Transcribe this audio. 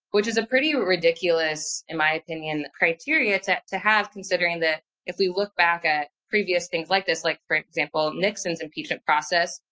which is a pretty ridiculous in my opinion, criteria to to have considering that if we look back at previous things like like for example, nixon's impeachment process,